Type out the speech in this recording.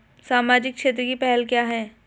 सामाजिक क्षेत्र की पहल क्या हैं?